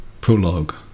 Prologue